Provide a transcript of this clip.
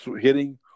hitting